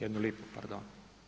Jednu lipu, pardon.